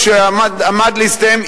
כשעמד להסתיים,